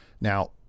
Now